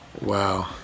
wow